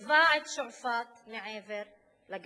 יקבע את שועפאט מעבר לגדר.